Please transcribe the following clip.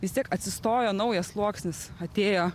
vis tiek atsistojo naujas sluoksnis atėjo